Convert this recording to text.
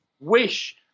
wish